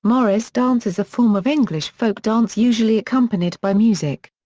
morris dance is a form of english folk dance usually accompanied by music.